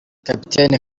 capitaine